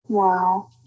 Wow